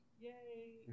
yay